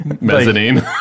mezzanine